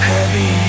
Heavy